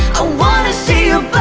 ah wanna see your